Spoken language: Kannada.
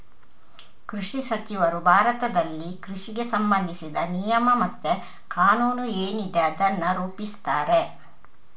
ಕೃಷಿ ಸಚಿವರು ಭಾರತದಲ್ಲಿ ಕೃಷಿಗೆ ಸಂಬಂಧಿಸಿದ ನಿಯಮ ಮತ್ತೆ ಕಾನೂನು ಏನಿದೆ ಅದನ್ನ ರೂಪಿಸ್ತಾರೆ